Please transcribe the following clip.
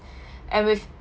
and with